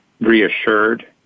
reassured